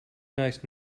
nice